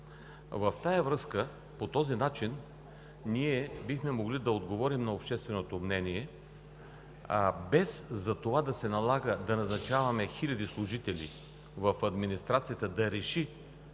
в Кадастъра. По този начин ние бихме могли да отговорим на общественото мнение, без да се налага да назначаваме хиляди служители в администрацията, за да